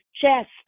chest